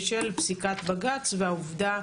בשל פסיקת בג"צ והעובדה